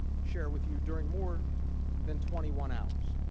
share with you during more than twenty one hours.